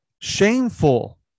shameful